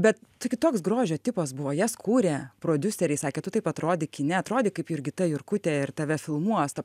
bet tai kitoks grožio tipas buvo jas kūrė prodiuseriai sakė tu taip atrodyk kine atrodyk kaip jurgita jurkutė ir tave filmuos tap